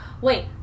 Wait